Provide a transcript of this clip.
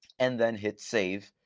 and then hit save.